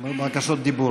בקשות הדיבור.